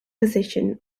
position